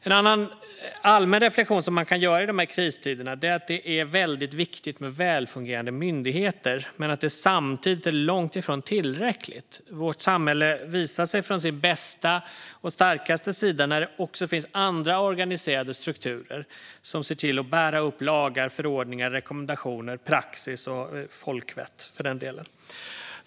En annan allmän reflektion som man kan göra i dessa kristider är att det är väldigt viktigt med välfungerande myndigheter men att det samtidigt är långt ifrån tillräckligt. Vårt samhälle visar sig från sin bästa och starkaste sida när det också finns andra organiserade strukturer som ser till att bära upp lagar, förordningar, rekommendationer, praxis och folkvett, för den delen.